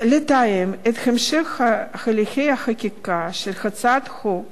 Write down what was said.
לתאם את המשך הליכי החקיקה של הצעת החוק